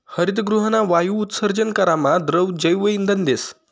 हरितगृहना वायु उत्सर्जन करामा द्रव जैवइंधन देस